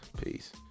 Peace